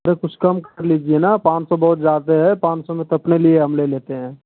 तो कुछ कम कर लीजिए न पाँच सौ बहुत ज्यादे है पाँच सौ में तो अपने लिए हम ले लेते हें